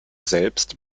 selbst